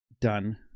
done